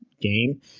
game